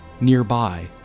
Nearby